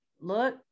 look